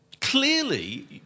clearly